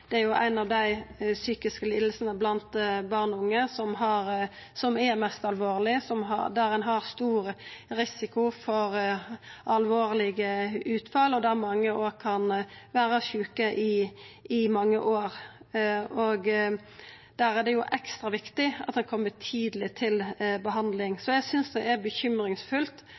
Det er ei av dei psykiske lidingane blant barn og unge som er mest alvorleg – med stor risiko for alvorlege utfall, og mange kan vera sjuke i mange år. Der er det ekstra viktig at ein kjem tidleg til behandling. Eg synest det er bekymringsfullt